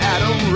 Adam